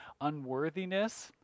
unworthiness